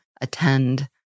attend